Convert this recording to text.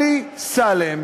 עלי סלאם